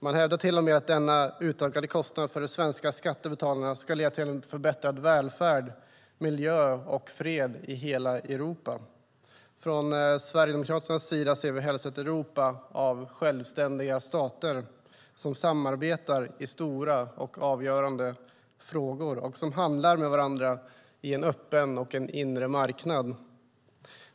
Man hävdar till och med att denna utökade kostnad för de svenska skattebetalarna ska leda till en förbättrad välfärd och miljö och till fred i hela Europa. Från Sverigedemokraternas sida ser vi helst ett Europa av självständiga stater som samarbetar i stora och avgörande frågor och som handlar med varandra i en öppen och en inre marknad.